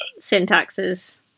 Syntaxes